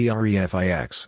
Prefix